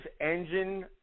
engine